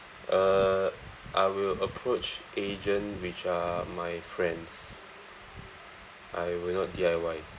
uh I will approach agent which are my friends I will not D_I_Y